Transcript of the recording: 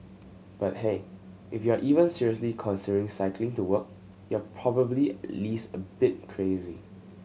but hey if you're even seriously considering cycling to work you're probably at least a bit crazy